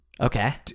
okay